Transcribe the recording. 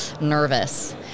nervous